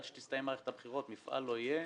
עד שתסתיים מערכת הבחירות מפעל לא יהיה,